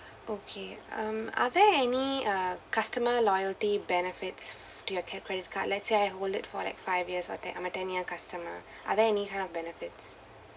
okay um are there any uh customer loyalty benefits do your cre~ credit card let's say I hold it for like five years or te~ I'm a ten years customer are there any kind of benefits